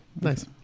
Nice